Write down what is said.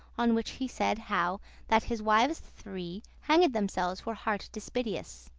on which he said how that his wives three hanged themselves for heart dispiteous.